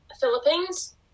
Philippines